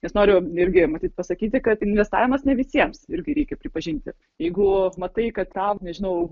nes noriu irgi matyt pasakyti kad investavimas ne visiems irgi reikia pripažinti jeigu matai kad tau nežinau